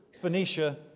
Phoenicia